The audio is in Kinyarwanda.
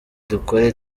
dukore